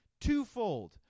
Twofold